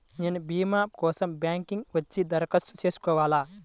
నేను భీమా కోసం బ్యాంక్కి వచ్చి దరఖాస్తు చేసుకోవాలా?